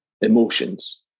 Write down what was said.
emotions